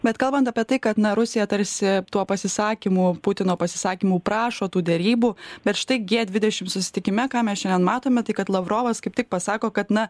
bet kalbant apie tai kad na rusija tarsi tuo pasisakymu putino pasisakymu prašo tų derybų bet štai gie dvidešim susitikime ką mes šiandien matome tai kad lavrovas kaip tik pasako kad na